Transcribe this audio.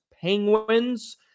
Penguins